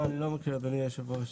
לא, אני לא מכיר אדוני היו"ר.